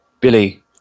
Billy